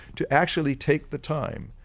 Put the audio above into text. to actually take the time,